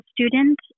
student